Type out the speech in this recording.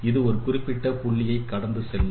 இது ஒரு குறிப்பிட்ட புள்ளியை கடந்து செல்லும்